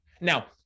now